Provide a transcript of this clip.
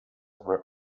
were